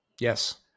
Yes